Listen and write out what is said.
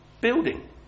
building